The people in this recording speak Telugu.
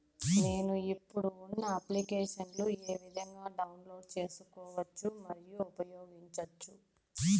నేను, ఇప్పుడు ఉన్న అప్లికేషన్లు ఏ విధంగా డౌన్లోడ్ సేసుకోవచ్చు మరియు ఉపయోగించొచ్చు?